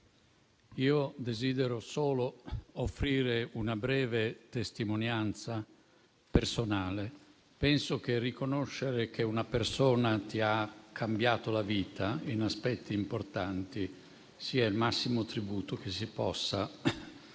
Desidero solo offrire una breve testimonianza personale. Penso che riconoscere che una persona ti ha cambiato la vita, in aspetti importanti, sia il massimo tributo che si possa dare